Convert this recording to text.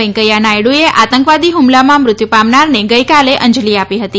વેંકૈયા નાયડુએ આતંકવાદી હુમલામાં મૃત્યુ પામનારને ગઇકાલે અંજલિ આપી હતી